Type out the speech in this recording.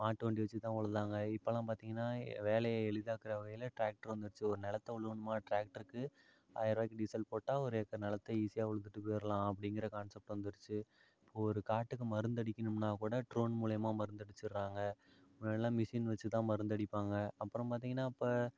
மாட்டுவண்டி வச்சு தான் உழுதாங்க இப்போலாம் பார்த்திங்கனா வேலையை எளிதாக்குற வகையில் ட்ராக்ட்டர் வந்துடுச்சு ஒரு நிலத்த உழுவனுமா ட்ராக்ட்டருக்கு ஆயர்ரூவாய்க்கு டீசல் போட்டால் ஒரு ஏக்கர் நெலத்தை ஈசியாக உழுதுட்டு போயிரலாம் அப்படிங்கிற கான்சப்ட் வந்துடுச்சு ஒரு காட்டுக்கு மருந்தடிக்கணும்னா கூட ட்ரோன் மூலியமாக மருந்தடிச்சிடுறாங்க முன்னாடிலாம் மிஷின் வச்சு தான் மருந்தடிப்பாங்க அப்புறம் பார்த்திங்கனா இப்போ